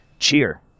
cheer